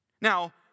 Now